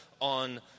on